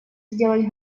сделать